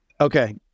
Okay